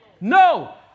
No